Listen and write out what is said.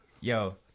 Yo